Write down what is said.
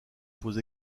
pose